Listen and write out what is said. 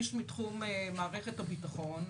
איש מתחום מערכת הביטחון,